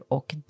Och